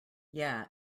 yeah